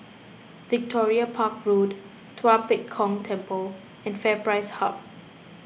Victoria Park Road Tua Pek Kong Temple and FairPrice Hub